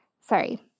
Sorry